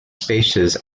spaces